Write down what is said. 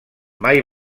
mai